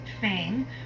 fang